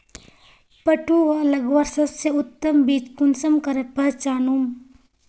पटुआ लगवार सबसे उत्तम बीज कुंसम करे पहचानूम?